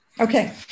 Okay